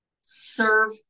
serve